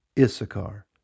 Issachar